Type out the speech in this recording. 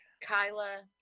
Kyla